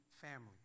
family